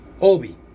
obi